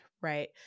right